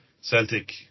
celtic